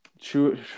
True